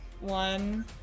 one